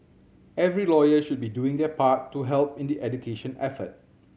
every lawyer should be doing their part to help in the education effort